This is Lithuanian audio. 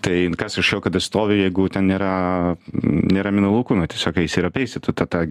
tai kas iš jo kad aš stoviu jeigu ten yra nėra minų laukų na tiesiog eisi ir apeisi tu tą tą